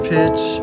Pitch